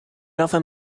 often